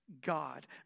God